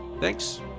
Thanks